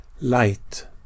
light